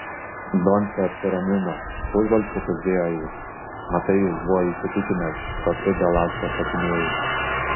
doncė apsiramino pusbalsiu kuždėjo jis matai jis buvo įsitikinęs kad tu dėl astos šokinėjai